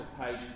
page